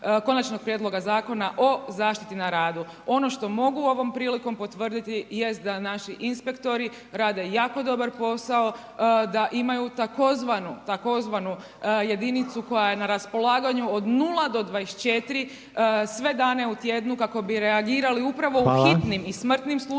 Konačnog prijedloga zakona o zaštiti na radu. Ono što mogu ovom prilikom jest da naši inspektori rade jako dobar posao, da imaju tzv. jedinicu koja je na raspolaganju od 0 do 24 sve dane u tjednu kako bi reagirali upravo u hitnim i smrtnim slučajevima.